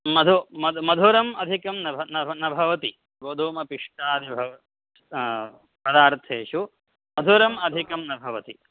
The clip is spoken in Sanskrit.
मधु मधु मधुरम् अधिकं न भ न भवति गोधूमपिष्टादि पदार्थेषु मधुरम् अधिकं न भवति